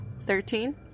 Thirteen